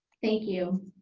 thank you.